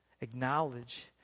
acknowledge